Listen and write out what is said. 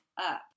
up